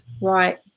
Right